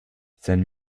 sein